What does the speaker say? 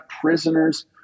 prisoners